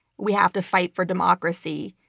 we have to fight for democracy,